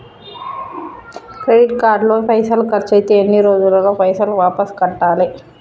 Credit card లో పైసల్ ఖర్చయితే ఎన్ని రోజులల్ల పైసల్ వాపస్ కట్టాలే?